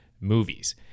movies